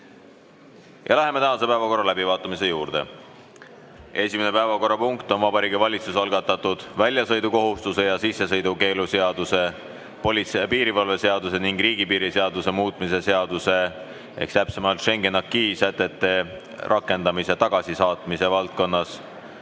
Läheme tänase päevakorra läbivaatamise juurde. Esimene päevakorrapunkt on Vabariigi Valitsuse algatatud väljasõidukohustuse ja sissesõidukeelu seaduse, politsei ja piirivalve seaduse ning riigipiiri seaduse muutmise seaduse (Schengeniacquis' sätete rakendamine tagasisaatmise valdkonnas)